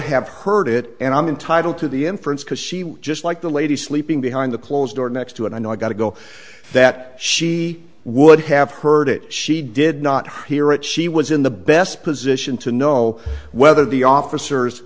have heard it and i'm entitled to the inference because she was just like the lady sleeping behind the closed door next to and i know i got to go that she would have heard it she did not hear it she was in the best position to know whether the officers